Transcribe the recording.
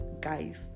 guys